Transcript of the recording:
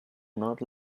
not